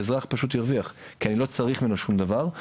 האזרח פשוט ירוויח כי אני לא צריך ממנו שום דבר.